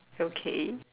okay